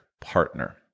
partner